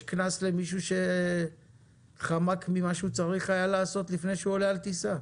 יש קנס למישהו שחמק ממה שהוא צריך היה לעשות לפני שהוא עולה על טיסה?